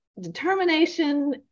determination